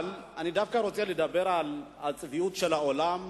אבל אני דווקא רוצה לדבר על הצביעות של העולם